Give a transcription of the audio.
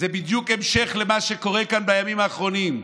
זה בדיוק המשך למה שקורה כאן בימים האחרונים.